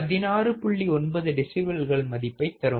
9 டெசிபல்கள் மதிப்பை தரும்